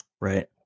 Right